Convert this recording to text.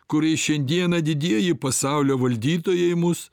kuriais šiandieną didieji pasaulio valdytojai mus